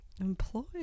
employed